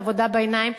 עבודה בעיניים,